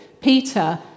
Peter